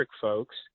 folks